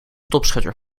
topschutter